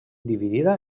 dividida